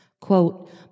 Quote